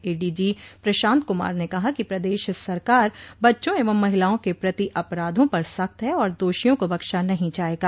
ADG Prashant Kumar ने कहा कि प्रदेश सरकार बच्चों एवं महिलाओं के प्रति अपराधों पर सख्त है और दोषियों को बख्शा नहीं जायेगा